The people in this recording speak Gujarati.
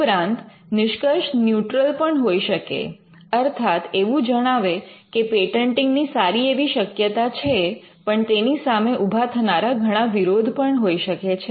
ઉપરાંત નિષ્કર્ષ ન્યૂટ્રલ પણ હોઈ શકે અર્થાત એવું જણાવે કે પેટન્ટિંગ ની સારી એવી શક્યતા છે પણ તેની સામે ઊભા થનારા ઘણા વિરોધ પણ હોઈ શકે છે